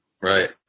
Right